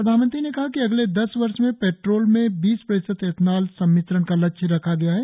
प्रधानमंत्री ने कहा कि अगले दस वर्ष में पैट्रोल में बीस प्रतिशत एथलॉन सम्मिश्रण का लक्ष्य रखा गया है